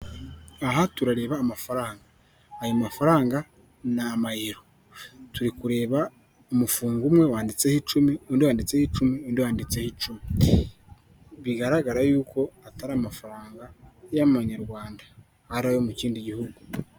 Aha turareba amafaranga, ayo mafaranga ni amayero turi kureba umufungo umwe wanditseho icumi, undi wanditseho icumi n'undi wanditseho icumi. Bigaragara yuko atari amafaranga y'amanyarwanda ari ayo mu kindi gihugu.